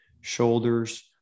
shoulders